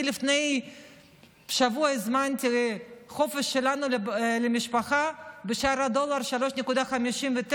אני לפני שבוע הזמנתי חופשה למשפחה בשער דולר 3.59,